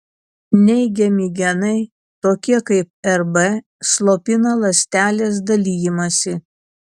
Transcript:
neigiami genai tokie kaip rb slopina ląstelės dalijimąsi